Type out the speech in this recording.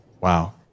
Wow